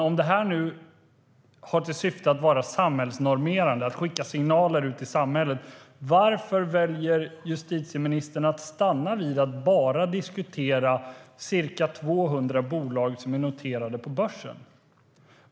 Om detta har till syfte att vara samhällsnormerande, att skicka signaler ut i samhället, varför väljer justitieministern att stanna vid att bara diskutera ca 200 bolag som är noterade på börsen?